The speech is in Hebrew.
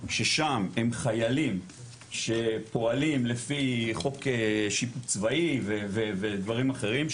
ששם הם חיילים שפועלים לפי חוק שיבוץ צבאי ודברים אחרים,